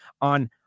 on